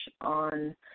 on